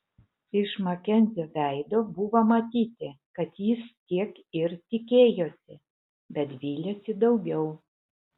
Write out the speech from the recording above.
iš makenzio veido buvo matyti kad jis tiek ir tikėjosi bet vylėsi daugiau